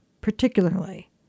particularly